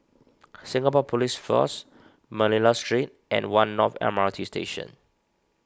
Singapore Police Force Manila Street and one North M R T Station